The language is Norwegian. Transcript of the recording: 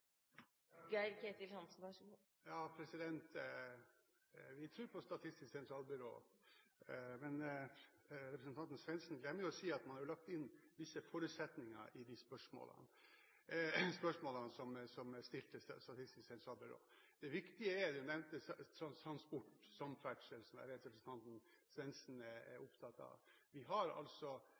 på Statistisk sentralbyrå, men representanten Svendsen glemmer å si at man har lagt inn visse forutsetninger i de spørsmålene som er stilt til Statistisk sentralbyrå. Det viktige er – han nevnte transport, samferdsel, som jeg vet representanten Svendsen er opptatt av – at vi har